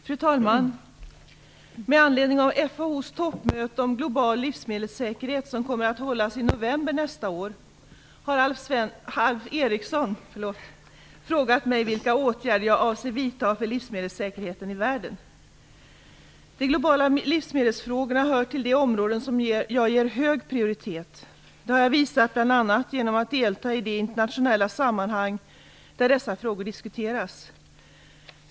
Fru talman! Med anledning av FAO:s toppmöte om global livsmedelssäkerhet, som kommer att hållas i november nästa år, har Alf Eriksson frågat mig vilka åtgärder jag avser vidta för livsmedelssäkerheten i världen. De globala livsmedelsfrågorna hör till de områden som jag ger hög prioritet. Det har jag visat bl.a. genom att delta i de internationella sammanhang där dessa frågor diskuteras.